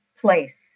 place